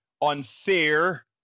unfair